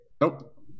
Nope